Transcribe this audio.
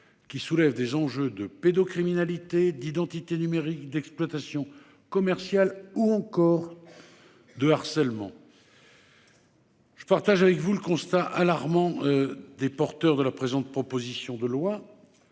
qui soulèvent des enjeux de pédocriminalité, d'identité numérique, d'exploitation commerciale ou encore de harcèlement. Je veux partager avec vous le constat alarmant des auteurs de la présente proposition de loi